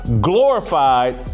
glorified